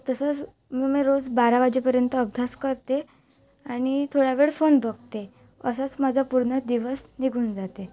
तसंच ग मी रोज बारा वाजेपर्यंत अभ्यास करते आणि थोड्या वेळ फोन बघते असाच माझा पूर्ण दिवस निघून जाते